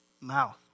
mouth